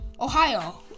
Ohio